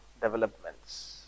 developments